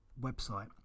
website